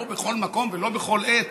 לא בכל מקום ולא בכל עת,